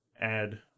add